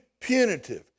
punitive